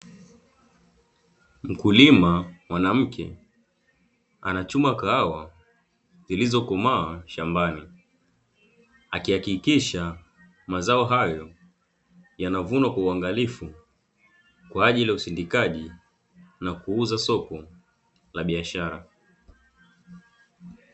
Mkulima mwanamke anachuma kahawa zilizokomaa shambani, akihakikisha mazao hayo yanavunwa kwa uangalifu kwa ajili ya usindikaji na kuuza soko la biashara.